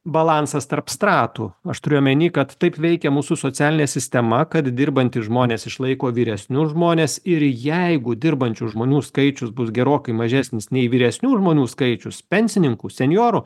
balansas tarp stratų aš turiu omeny kad taip veikia mūsų socialinė sistema kad dirbantys žmonės išlaiko vyresnius žmones ir jeigu dirbančių žmonių skaičius bus gerokai mažesnis nei vyresnių žmonių skaičius pensininkų senjorų